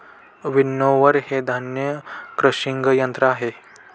winnower हे धान्य crushing यंत्र आहे